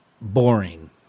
boring